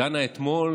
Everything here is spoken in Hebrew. דנה אתמול